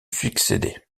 succéder